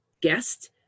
guest